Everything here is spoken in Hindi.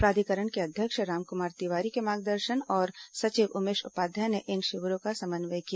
प्राधिकरण के अध्यक्ष रामकुमार तिवारी के मार्गदर्शन और सचिव उमेश उपाध्याय ने इन शिविरों का समन्वय किया